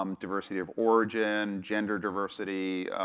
um diversity of origin, gender diversity.